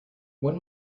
one